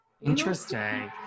Interesting